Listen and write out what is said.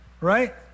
right